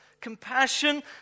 compassion